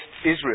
Israel